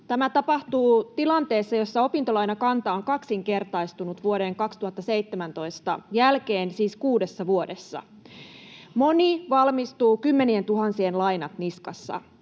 Tämä tapahtuu tilanteessa, jossa opintolainakanta on kaksinkertaistunut vuoden 2017 jälkeen, siis kuudessa vuodessa. Moni valmistuu kymmenientuhansien lainat niskassa.